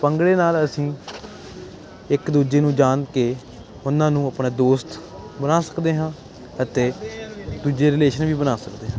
ਭੰਗੜੇ ਨਾਲ ਅਸੀਂ ਇੱਕ ਦੂਜੇ ਨੂੰ ਜਾਣ ਕੇ ਉਹਨਾਂ ਨੂੰ ਆਪਣਾ ਦੋਸਤ ਬਣਾ ਸਕਦੇ ਹਾਂ ਅਤੇ ਦੂਜੇ ਰਿਲੇਸ਼ਨ ਵੀ ਬਣਾ ਸਕਦੇ ਹਾਂ